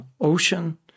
ocean